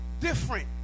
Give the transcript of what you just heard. different